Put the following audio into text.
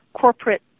corporate